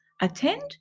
attend